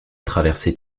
traverser